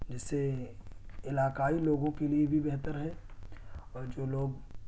جس سے علاقائی لوگوں کے لیے بھی بہتر ہے اور جو لوگ